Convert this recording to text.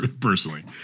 Personally